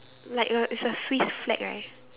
like a it's a swiss flag right